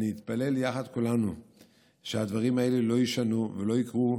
נתפלל יחד כולנו שהדברים האלה לא יישנו ולא יקרו,